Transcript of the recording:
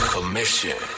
Commission